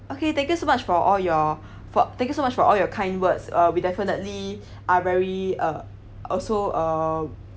okay thank you so much for all your for thank you so much for all your kind words uh we definitely are very uh also uh